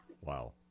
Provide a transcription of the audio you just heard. Wow